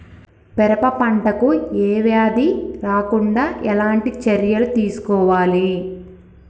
పెరప పంట కు ఏ వ్యాధి రాకుండా ఎలాంటి చర్యలు తీసుకోవాలి?